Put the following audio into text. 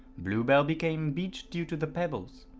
bluebell became beached due to the pebbles.